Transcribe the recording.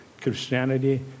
Christianity